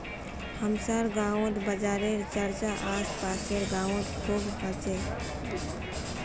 हमसार गांउत बाजारेर चर्चा आस पासेर गाउत खूब ह छेक